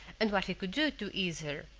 and what he could do to ease her.